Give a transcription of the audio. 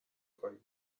کنید